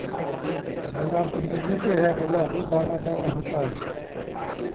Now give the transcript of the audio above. तो बाज़ार तो नज़दीके है बाज़ार रोज आना जाना होता है